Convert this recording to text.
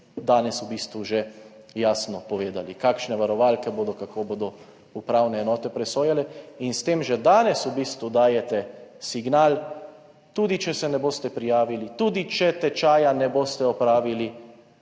danes v bistvu že jasno povedali, kakšne varovalke bodo, kako bodo upravne enote presojale, in s tem že danes v bistvu dajete signal, tudi če se ne boste prijavili, tudi če tečaja ne boste opravili,